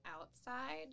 outside